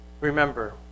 Remember